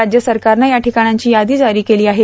राज्य सरकारनं या ठिकाणांची यादी जारी केली आहे